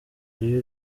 iyo